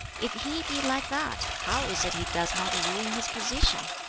if he be like that, how is it he does not ruin his position?